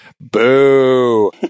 boo